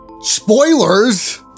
Spoilers